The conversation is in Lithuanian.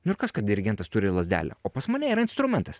nu ir kas kad dirigentas turi lazdelę o pas mane yra instrumentas